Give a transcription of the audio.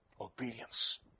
Obedience